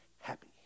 happy